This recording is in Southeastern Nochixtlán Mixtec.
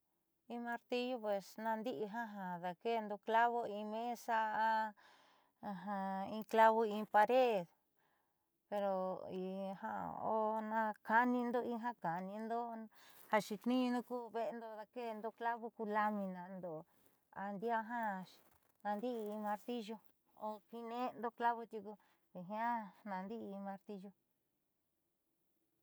In martillu pues na'andi'i jiaa ja daake'endo in clavo in mesa in clavo in pared pero o naakaánindo in kaanindo ja xeetniiñu ku ve'endo daake'endo clavo ku laminando ndiaá ja naandi'i in martillu a kiine'endo in clavo tiuku jiaa naandi'i in martillu.